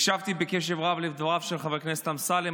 הקשבתי בקשב רב לדבריו של חבר הכנסת אמסלם